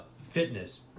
Fitness